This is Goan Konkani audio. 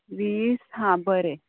वीस हा बरें